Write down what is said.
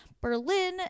Berlin